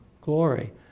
glory